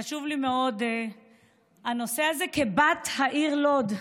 חשוב לי מאוד הנושא הזה כבת העיר לוד.